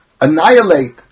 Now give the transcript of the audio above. annihilate